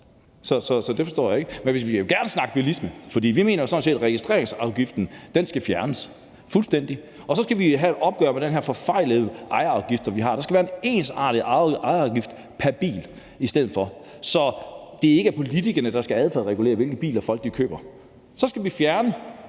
Så det forstår jeg ikke. Men vi vil gerne snakke bilisme, for vi mener sådan set, at registreringsafgiften skal fjernes fuldstændig. Og så skal vi have et opgør med de her forfejlede ejerafgifter, vi har. Der skal være en ensartet ejerafgift pr. bil i stedet for, så det ikke er politikerne, der skal adfærdsregulere, hvilke biler folk køber. Og så skal vi fjerne